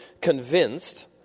convinced